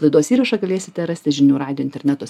laidos įrašą galėsite rasti žinių radijo interneto